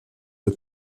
der